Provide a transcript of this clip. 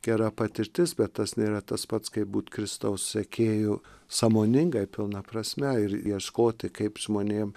gera patirtis bet tas nėra tas pats kaip būt kristaus sekėju sąmoningai pilna prasme ir ieškoti kaip žmonėm